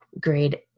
grade